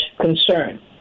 concern